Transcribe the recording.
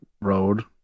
road